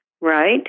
right